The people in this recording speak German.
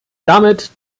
damit